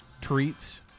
treats